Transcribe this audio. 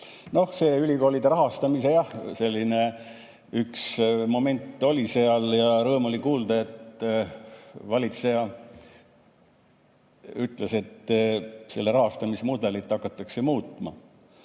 No ülikoolide rahastamise üks moment oli seal ja rõõm oli kuulda, et valitseja ütles, et seda rahastamismudelit hakatakse muutma,